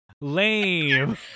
lame